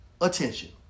attention